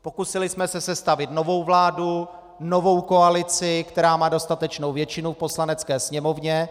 Pokusili jsme se sestavit novou vládu, novou koalici, která má dostatečnou většinu v Poslanecké sněmovně.